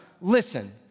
Listen